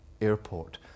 airport